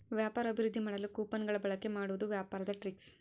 ವ್ಯಾಪಾರ ಅಭಿವೃದ್ದಿ ಮಾಡಲು ಕೊಪನ್ ಗಳ ಬಳಿಕೆ ಮಾಡುವುದು ವ್ಯಾಪಾರದ ಟ್ರಿಕ್ಸ್